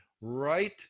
right